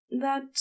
That